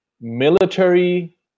military